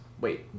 Wait